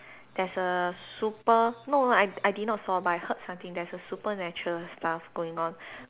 there's a super no no I I did not saw but I heard something there's a supernatural stuff going on